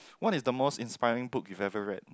what is the most inspiring book you ever read